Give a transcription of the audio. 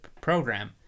program